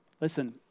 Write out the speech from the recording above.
Listen